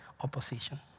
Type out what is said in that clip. opposition